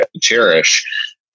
cherish